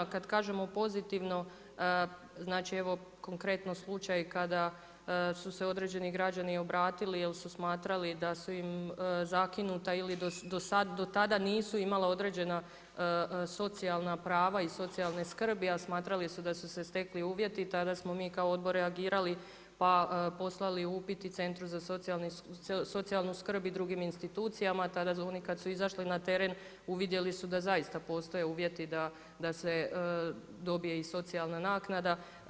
Kada kažemo pozitivno, znači evo konkretno slučaj kada su se određeni građani obratili jer su smatrali da su im zakinuta ili do tada nisu imala određena socijalna prava i socijalne skrbi a smatrali su da su se stekli uvjeti i tada smo mi kao odbor reagirali pa poslali upit i centru za socijalnu skrb i drugim institucijama a tada oni kada su izašli na teren uvidjeli su da zaista postoje uvjeti da se dobije i socijalna naknada.